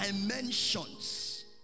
dimensions